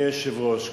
אדוני היושב-ראש,